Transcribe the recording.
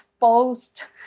post